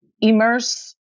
immerse